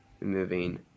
moving